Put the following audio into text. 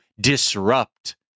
disrupt